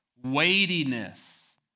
weightiness